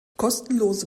kostenlose